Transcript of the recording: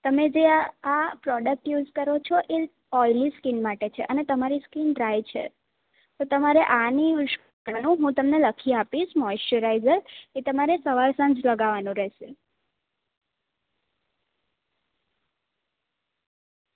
તમે જે આ આ પ્રોડક્ટ યુઝ કરો છો એ ઓઈલી સ્કીન માટે છે અને તમારી સ્કીન ડ્રાય છે તો તમારે આની યુઝ નહીં કરવાનું હું તમને લખી આપીશ મોઈશ્ચરાઈઝર એ તમારે સવાર સાંજ લગાવવાનું રહેશે